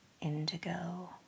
indigo